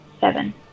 Seven